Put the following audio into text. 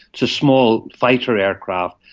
it's a small fighter aircraft,